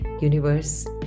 universe